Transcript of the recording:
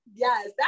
Yes